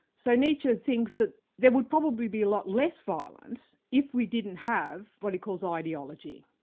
so nietzsche thinks that there would probably be a lot less violence if we didn't have what he calls ideology.